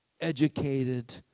educated